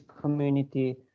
community